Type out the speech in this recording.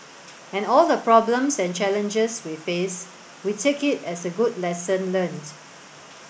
and all the problems and challenges we face we take it as a good lesson learnt